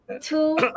two